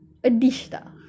a dish tak